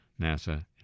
NASA